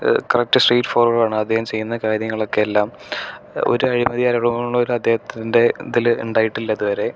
correct straightforward ആണ് അദ്ദേഹം ചെയ്യുന്ന കാര്യങ്ങളൊക്കെ എല്ലാം ഒരഴിമതി ആരോപണങ്ങളു പോലും അദ്ദേഹത്തിൻ്റെ ഇതില് ഉണ്ടായിട്ടില്ല ഇതുവരെ